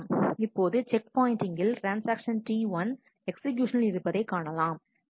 இப்போது செக் பாயின்ட்டிங்கில் transaction T1 எக்ஸ்கியூஸனில் இருப்பதைக் காணலாம்